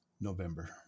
November